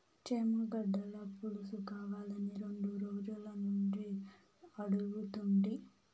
చేమగడ్డల పులుసుకావాలని రెండు రోజులనుంచి అడుగుతుంటి